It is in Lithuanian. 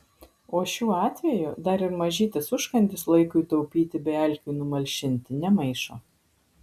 o šiuo atveju dar ir mažytis užkandis laikui taupyti bei alkiui numalšinti nemaišo